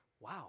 wow